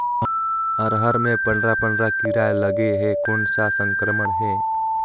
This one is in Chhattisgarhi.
अरहर मे पंडरा पंडरा कीरा लगे हे कौन सा संक्रमण हे?